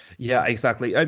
yeah, exactly.